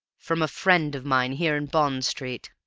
from a friend of mine here in bond street.